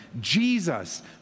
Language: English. Jesus